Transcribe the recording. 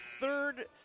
third